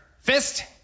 Fist